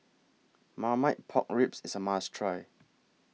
Marmite Pork Ribs IS A must Try